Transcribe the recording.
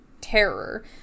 terror